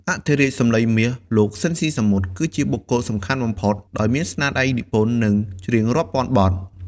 អធិរាជសំឡេងមាស លោក ស៊ីន ស៊ីសាមុត គឺជាបុគ្គលសំខាន់បំផុត ដោយមានស្នាដៃនិពន្ធ និងច្រៀងរាប់ពាន់បទ។